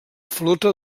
flota